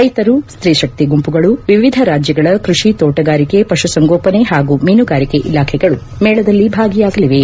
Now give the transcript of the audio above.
ರೈತರು ಸ್ತೀಶಕ್ತಿ ಗುಂಪುಗಳು ವಿವಿಧ ರಾಜ್ಯಗಳ ಕೃಷಿ ತೋಟಗಾರಿಕೆ ಪಶುಸಂಗೋಪನೆ ಹಾಗೂ ಮೀನುಗಾರಿಕೆ ಇಲಾಖೆಗಳು ಮೇಳದಲ್ಲಿ ಭಾಗಿಯಾಗಲಿವೆ